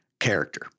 character